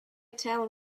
tell